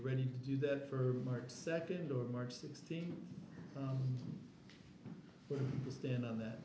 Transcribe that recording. ready to do that for march second or march sixteenth to stand on that